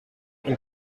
een